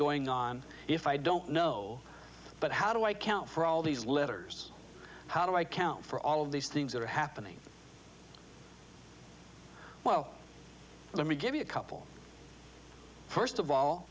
going on if i don't know but how do i count for all these letters how do i count for all of these things that are happening well let me give you a couple first of all